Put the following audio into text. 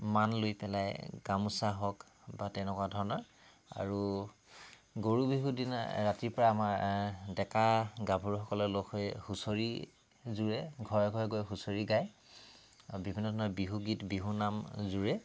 মান লৈ পেলাই গামোচা হওক বা তেনেকুৱা ধৰণৰ আৰু গৰু বিহুৰ দিনা ৰাতিৰ পৰা আমাৰ ডেকা গাভৰুসকলে লগ হৈ হুঁচৰি জুৰে ঘৰে ঘৰে গৈ হুঁচৰি গায় আৰু বিভিন্ন ধৰণৰ বিহুগীত বিহুনাম জুৰে